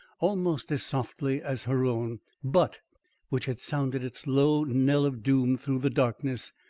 almost as softly as her own but which had sounded its low knell of doom through the darkness.